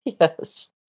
Yes